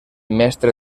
mestre